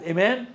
Amen